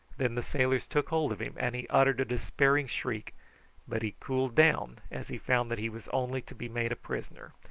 then the sailors took hold of him, and he uttered a despairing shriek but he cooled down as he found that he was only to be made a prisoner,